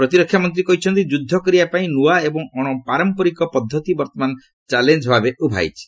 ପ୍ରତିରକ୍ଷା ମନ୍ତ୍ରୀ କହିଛନ୍ତି ଯୁଦ୍ଧ କରିବାପାଇଁ ନୂଆ ଏବଂ ଅଣପାରମ୍ପରିକ ପଦ୍ଧତି ବର୍ତ୍ତମାନ ଚ୍ୟାଲେଞ୍ଜ୍ ଭାବେ ଉଭା ହୋଇଛି